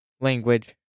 language